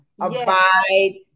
Abide